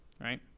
right